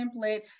template